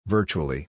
Virtually